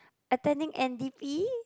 attending N_D_P